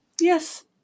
Yes